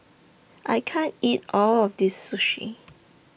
I can't eat All of This Sushi